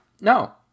no